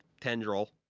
tendril